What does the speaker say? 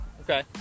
okay